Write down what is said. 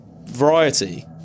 variety